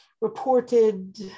reported